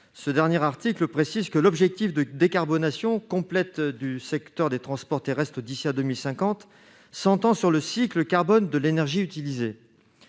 lequel précise que l'objectif de décarbonation complète du secteur des transports terrestres d'ici à 2050 s'entend sur « le cycle carbone de l'énergie utilisée